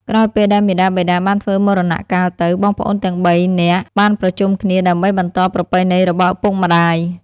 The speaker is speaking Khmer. ក្រោយពេលដែលមាតាបិតាបានធ្វើមរណកាលទៅ បងប្អូនទាំងបីនាក់បានប្រជុំគ្នាដើម្បីបន្តប្រពៃណីរបស់ឪពុកម្ដាយ។